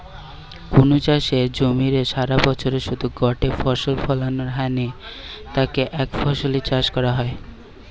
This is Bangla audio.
কুনু চাষের জমিরে সারাবছরে শুধু গটে ফসল ফলানা হ্যানে তাকে একফসলি চাষ কয়া হয়